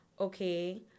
Okay